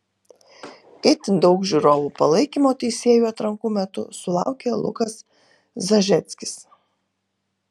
itin daug žiūrovų palaikymo teisėjų atrankų metu sulaukė lukas zažeckis